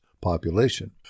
population